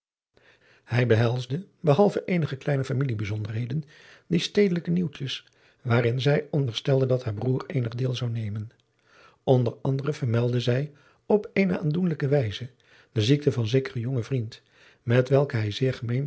hij behelsde behalve eenige kleine familiebijzonderheden die stedelijke nieuwtjes waarin zij onderstelde dat haar broeder eenig deel zou nemen onder andere vermeldde zij op eene aandoenlijke wijze de ziekte van zekeren jongen vriend met welken hij zeer